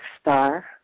star